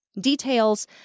Details